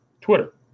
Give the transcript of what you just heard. twitter